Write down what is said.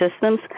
systems